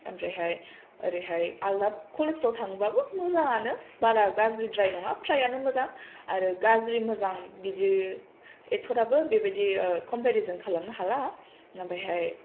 ओमफ्रायहाय ओरैहाय आलादा कलेजफ्राव थाङोबाबो मोजाङानो बारा गाज्रिद्राय नङा प्रायानो मोजां आरो गाज्रि मोजां बिदि एथ'ग्राबबो बिदि कमपेरिजन खालामनो हाला